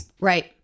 Right